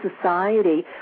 society